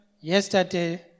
yesterday